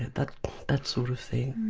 that that sort of thing.